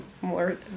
more